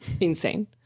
Insane